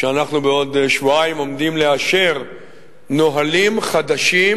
שאנחנו בעוד שבועיים עומדים לאשר נהלים חדשים